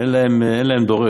אין להן דורש.